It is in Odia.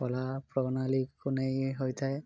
କଳା ପ୍ରଣାଳୀକୁ ନେଇ ହୋଇଥାଏ